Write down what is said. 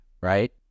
right